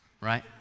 right